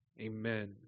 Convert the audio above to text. Amen